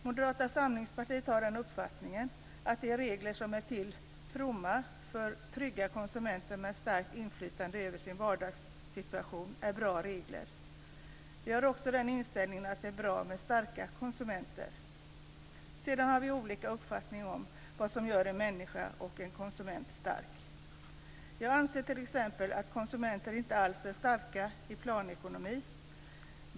Moderata samlingspartiet har den uppfattningen att de regler som är till fromma för "trygga konsumenter med starkt inflytande över sin vardagssituation" är bra regler. Vi har också den inställningen att det är bra med starka konsumenter. Sedan har vi olika uppfattning om vad som gör en människa och en konsument stark. Jag anser t.ex. att konsumenter inte alls är starka i planekonomi.